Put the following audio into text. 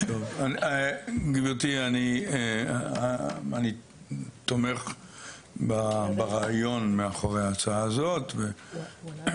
אני רוצה לשמוע את המשרד לביטחון